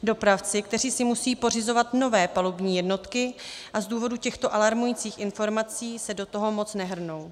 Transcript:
Dopravci, kteří si musejí pořizovat nové palubní jednotky a z důvodu těchto alarmujících informací se do toho moc nehrnou.